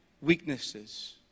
weaknesses